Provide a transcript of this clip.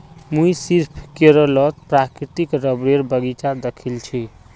मुई सिर्फ केरलत प्राकृतिक रबरेर बगीचा दखिल छि